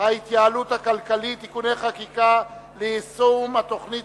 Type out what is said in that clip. ההתייעלות הכלכלית (תיקוני חקיקה ליישום התוכנית